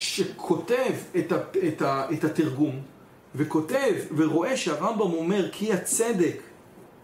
שכותב את התרגום וכותב ורואה שהרמב״ם אומר כי הצדק